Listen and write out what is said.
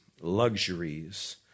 luxuries